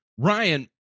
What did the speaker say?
ryan